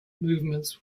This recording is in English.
movements